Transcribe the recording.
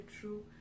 true